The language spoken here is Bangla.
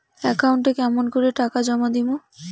একাউন্টে কেমন করি টাকা জমা দিম?